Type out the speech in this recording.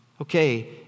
Okay